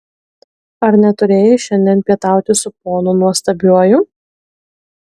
ar neturėjai šiandien pietauti su ponu nuostabiuoju